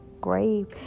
grave